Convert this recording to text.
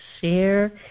Share